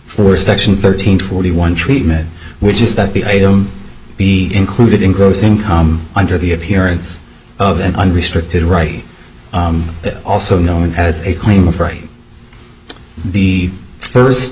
for section thirteen forty one treatment which is that the item be included in gross income under the appearance of an unrestricted right also known as a claim of right the first